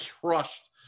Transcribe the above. crushed